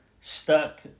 stuck